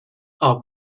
are